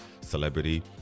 celebrity